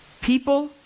People